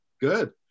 good